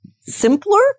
simpler